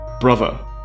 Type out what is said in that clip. brother